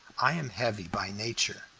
i am heavy by nature.